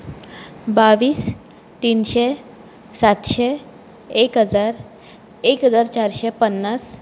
बावीस तिनशें सातशें एक हजार एक हजार चारशें पन्नास